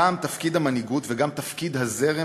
פעם תפקיד המנהיגות וגם תפקיד הזרם